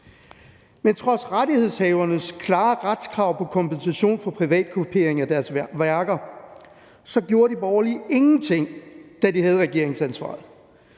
Men trods rettighedshavernes klare retskrav på kompensation for privat kopiering af deres værker gjorde de borgerlige ingenting, da de havde regeringsansvaret.